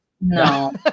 No